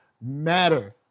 matter